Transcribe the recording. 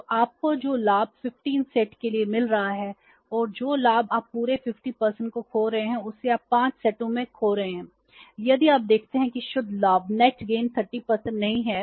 तो आपको जो लाभ 15 सेट 30 नहीं है यदि आप 5 10 खो देते हैं